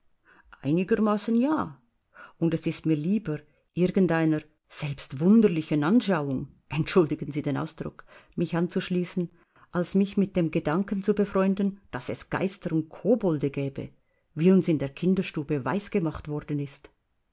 einigermaßen ja und es ist mir lieber irgend einer selbst wunderlichen anschauung entschuldigen sie den ausdruck mich anzuschließen als mich mit dem gedanken zu befreunden daß es geister und kobolde gäbe wie uns in der kinderstube weisgemacht worden ist